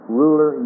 ruler